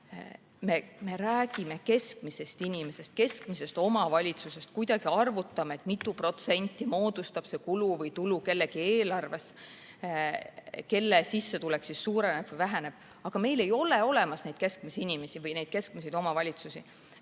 Me räägime keskmisest inimesest, keskmisest omavalitsusest, kuidagi arvutame, mitu protsenti moodustab see või teine kulu või tulu kellegi eelarves, kelle sissetulek suureneb ja kelle oma väheneb. Aga meil ei ole neid keskmisi inimesi või neid keskmisi omavalitsusi.